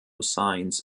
signs